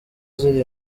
ziri